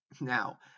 Now